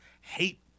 hate